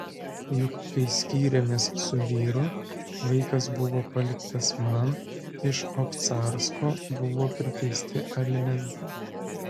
juk kai skyrėmės su vyru vaikas buvo paliktas man iš obcarsko buvo priteisti alimentai